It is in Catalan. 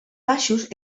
baixos